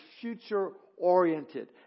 future-oriented